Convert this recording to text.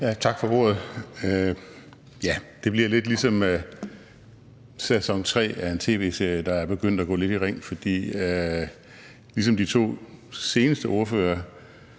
Tak for ordet. Ja, det bliver lidt ligesom sæson tre af en tv-serie, der er begyndt at gå lidt i ring, for ligesom de to seneste ordførere